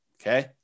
Okay